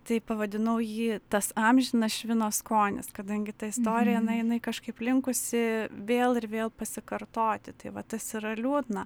tai pavadinau jį tas amžinas švino skonis kadangi ta istorija na jinai kažkaip linkusi vėl ir vėl pasikartoti tai va tas yra liūdna